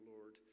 Lord